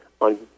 on